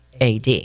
AD